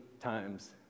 times